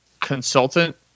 consultant